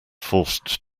forced